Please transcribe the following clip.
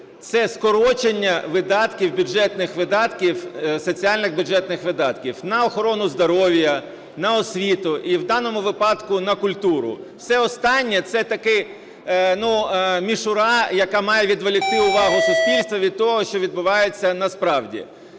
це скорочення бюджетних видатків, соціальних бюджетних видатків на охорону здоров'я, на освіту і в даному випадку на культуру. Все останнє – це така мішура, яка має відволікти увагу суспільства від того, що відбувається насправді.